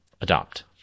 adopt